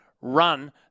run